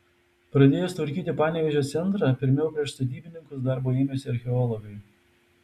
pradėjus tvarkyti panevėžio centrą pirmiau prieš statybininkus darbo ėmėsi archeologai